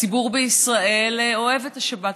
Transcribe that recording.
הציבור בישראל אוהב את השבת.